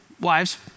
wives